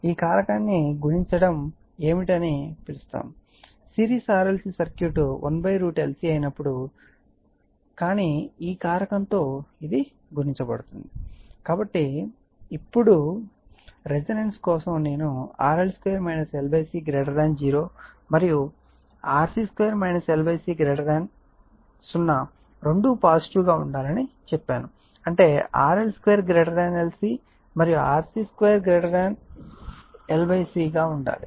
ఈ కారకాన్ని గుణించడం ఏమిటని పిలుస్తారుసిరీస్ RLC సర్క్యూట్ 1 √LC అయినప్పుడు కానీ ఈ కారకం తో ఇది గుణించబడుతుంది కాబట్టి ఇప్పుడు రెసోనెన్స్ కోసం నేను RL2 L C 0 మరియు RC2 L C 0 రెండూ పాజిటివ్ గా ఉండాలని చెప్పాను అంటే RL 2 LC మరియు RC2 LC గా ఉండాలి